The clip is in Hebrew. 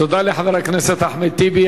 תודה לחבר הכנסת אחמד טיבי.